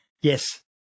Yes